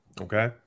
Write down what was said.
Okay